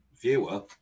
viewer